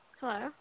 Hello